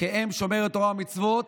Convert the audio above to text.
כאם שומרת תורה ומצוות,